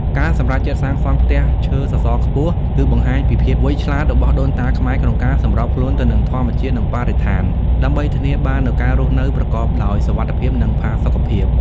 ការសម្រេចចិត្តសាងសង់ផ្ទះឈើសសរខ្ពស់ គឺបង្ហាញពីភាពវៃឆ្លាតរបស់ដូនតាខ្មែរក្នុងការសម្របខ្លួនទៅនឹងធម្មជាតិ និងបរិស្ថាន ដើម្បីធានាបាននូវការរស់នៅប្រកបដោយសុវត្ថិភាព និងផាសុកភាព ។